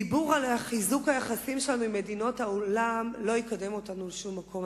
דיבור על חיזוק היחסים שלנו עם מדינות העולם לא יקדם אותנו לשום מקום,